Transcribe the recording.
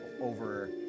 over